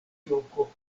loko